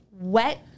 wet